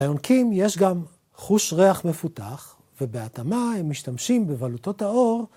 ליונקים יש גם חוש ריח מפותח, ובהתאמה הם משתמשים בבלוטות העור